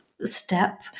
step